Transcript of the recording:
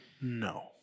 No